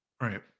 Right